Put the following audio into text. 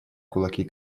кулаки